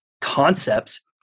concepts